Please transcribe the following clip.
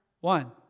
one